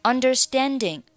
Understanding